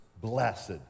blessed